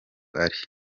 ari